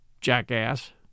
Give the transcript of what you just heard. Jackass